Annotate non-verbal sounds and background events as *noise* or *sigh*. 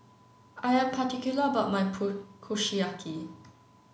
I am particular about my *unintelligible* Kushiyaki